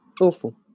Awful